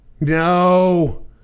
No